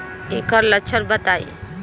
ऐकर लक्षण बताई?